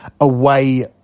away